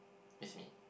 miss me